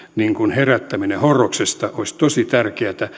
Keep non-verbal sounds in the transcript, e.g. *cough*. herättäminen horroksesta olisi tosi tärkeätä *unintelligible*